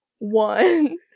One